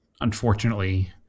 unfortunately